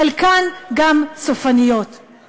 חלקן גם סופניות,